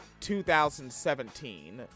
2017